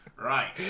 Right